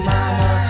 Mama